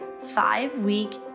five-week